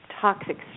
toxic